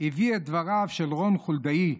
הביא את דבריו של רון חולדאי,